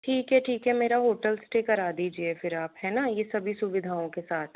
ठीक है ठीक है मेरा होटल स्टे करा दीजिए फिर आप है ना ये सभी सुविधाओं के साथ